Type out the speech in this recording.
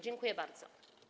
Dziękuję bardzo.